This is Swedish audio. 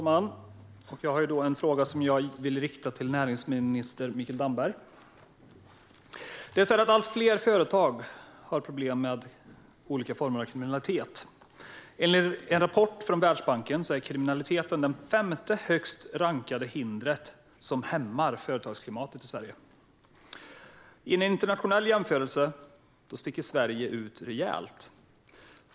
Fru talman! Jag riktar min fråga till näringsminister Mikael Damberg. Allt fler företag har problem med olika former av kriminalitet. Enligt en rapport från Världsbanken är kriminalitet det femte högst rankade hindret som hämmar företagsklimatet i Sverige. I en internationell jämförelse sticker Sverige ut rejält.